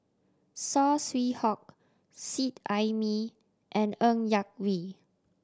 Saw Swee Hock Seet Ai Mee and Ng Yak Whee